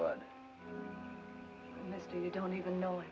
but you don't even know